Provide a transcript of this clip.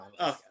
Okay